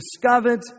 discovered